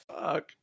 fuck